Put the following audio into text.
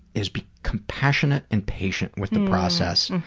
is be compassionate and patient with the process.